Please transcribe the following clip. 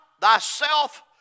thyself